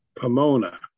Pomona